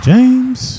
James